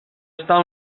està